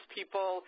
people